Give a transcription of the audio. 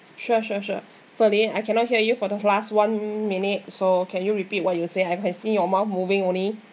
sure sure sure ferline I cannot hear you for the last one minute so can you repeat what you said I can see your mouth moving only